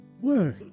work